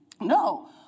No